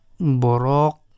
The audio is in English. borok